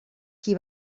qui